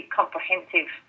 comprehensive